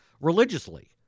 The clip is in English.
religiously